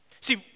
See